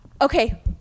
Okay